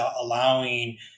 allowing